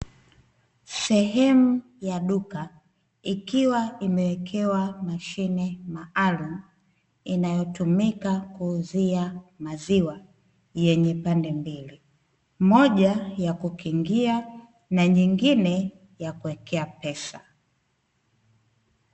Sehemu ya duka ikiwa imewekewa mashine maalumu inayotumika kuuzia maziwa yenye pande mbili, moja ya kukingia na nyingine ya kuwekea pesa.